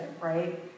right